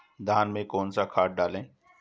धान में कौन सा खाद डालें?